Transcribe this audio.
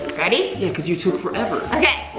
ready? yeah, because you took forever. okay,